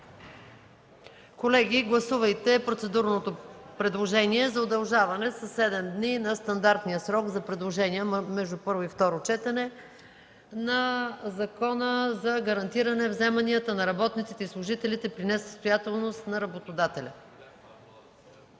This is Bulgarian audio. Колеги, гласувайте процедурното предложение за удължаване със седем дни на стандартния срок за предложения между първо и второ четене по Закона за гарантиране вземанията на работниците и служителите при несъстоятелност на работодателя.